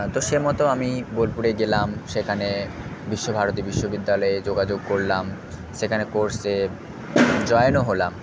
তো সে মতো আমি বোলপুরে গেলাম সেখানে বিশ্বভারতী বিশ্ববিদ্যালয়ে যোগাযোগ করলাম সেখানে কোর্সে জয়েনও হলাম